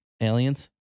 aliens